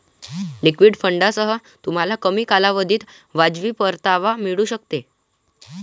liquid फंडांसह, तुम्हाला कमी कालावधीत वाजवी परतावा मिळू शकेल